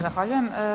Zahvaljujem.